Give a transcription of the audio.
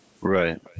Right